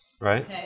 right